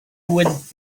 would